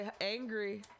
angry